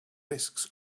risks